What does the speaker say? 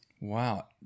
Wow